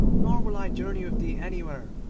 nor will i journey with thee anywhere,